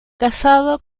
casado